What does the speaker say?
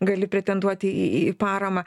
gali pretenduoti į į paramą